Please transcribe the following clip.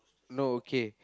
no okay